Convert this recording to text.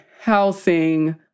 housing